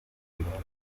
private